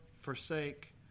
forsake